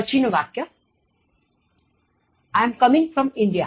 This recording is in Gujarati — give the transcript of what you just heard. પછી નું વાક્ય I'm coming from India